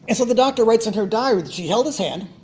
and so the doctor writes in her diary she held his hand,